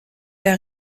der